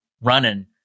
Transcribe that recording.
running